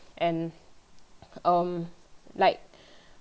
and um like